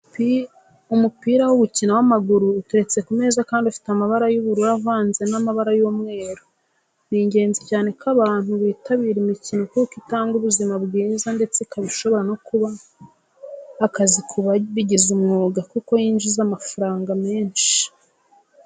Umupira wo gukina w'amaguru uteretse ku meza kandi ufite amabara y'ubururu avanze n'amabara y'umweru. Ni ingenzi cyane ko abantu bitabira imikino kuko itanga ubuzima bwiza ndetse ikaba ishobora no kuba akazi ku babigize umwuga kuko yinjiza amafaranga menshi.